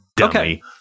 Okay